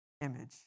image